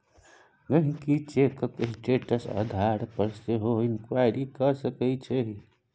गांहिकी चैकक स्टेटस आधार पर सेहो इंक्वायरी कए सकैए